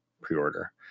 pre-order